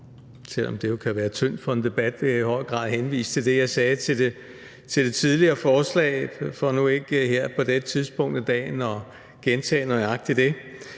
selv om det jo kan være tyndt for en debat, i høj grad henvise til det, jeg sagde til det tidligere forslag – for nu ikke her på dette tidspunkt af dagen at gentage nøjagtig det